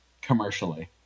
commercially